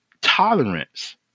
tolerance